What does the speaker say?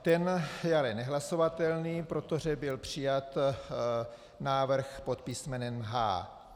Ten je ale nehlasovatelný, protože byl přijat návrh pod písmenem H.